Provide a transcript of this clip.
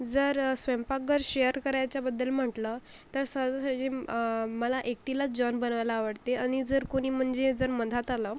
जर स्वयंपाक घर शेअर करायच्याबद्दल म्हटलं तर सहजासहजी मला एकटीलाच जेवण बनवायला आवडते आणि जर कोणी म्हणजे जर मधात आलं